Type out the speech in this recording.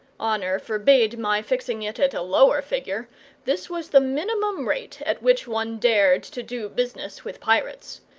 honour forbade my fixing it at a lower figure this was the minimum rate at which one dared to do business with pirates.